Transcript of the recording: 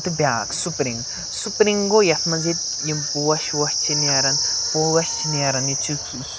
تہٕ بیٛاکھ spring spring گوٚو یَتھ منٛز یہ یِم پوش ووش چھِ نیران پوش چھِ نیران ییٚتہِ چھِ